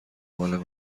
مال